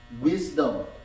wisdom